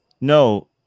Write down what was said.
no